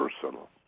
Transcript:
personal